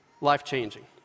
life-changing